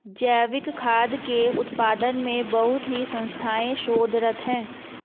जैविक खाद्य के उत्पादन में बहुत ही संस्थाएं शोधरत हैं